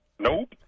Nope